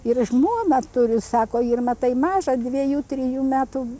ir žmoną turiu sako ir matai mažą dviejų trijų metų